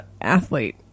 athlete